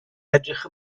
edrych